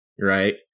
right